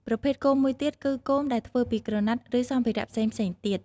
ប្រភេទគោមមួយទៀតគឺគោមដែលធ្វើពីក្រណាត់ ឬសម្ភារៈផ្សេងៗទៀត។